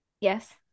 Yes